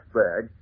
bag